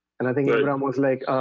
and i think abraham was like, ah,